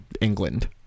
England